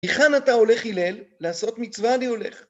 איכן אתה הול לעשות מצווה הולך?